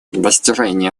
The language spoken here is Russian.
достижение